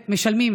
ומשלמים,